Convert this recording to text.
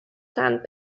sand